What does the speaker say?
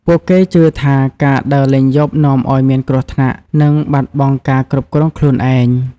ពួកគេជឿថា ការដើរលេងយប់នាំឱ្យមានគ្រោះថ្នាក់ និងបាត់បង់ការគ្រប់គ្រងខ្លួនឯង។